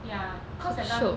ya cause that time